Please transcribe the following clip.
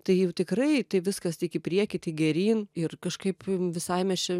tai jau tikrai tai viskas tik į priekį tik geryn ir kažkaip visai mes čia